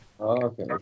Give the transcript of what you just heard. okay